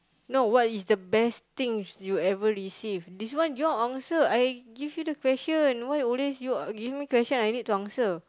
no what is the best things you ever received this one your answer I give you the question why always you give me the question I need to answer